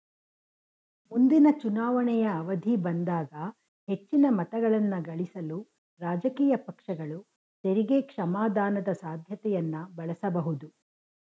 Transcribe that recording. ಮುಂದಿನ ಚುನಾವಣೆಯ ಅವಧಿ ಬಂದಾಗ ಹೆಚ್ಚಿನ ಮತಗಳನ್ನಗಳಿಸಲು ರಾಜಕೀಯ ಪಕ್ಷಗಳು ತೆರಿಗೆ ಕ್ಷಮಾದಾನದ ಸಾಧ್ಯತೆಯನ್ನ ಬಳಸಬಹುದು